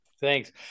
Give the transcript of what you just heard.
Thanks